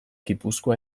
gipuzkoa